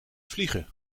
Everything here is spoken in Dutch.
vliegen